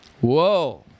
whoa